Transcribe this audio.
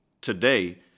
today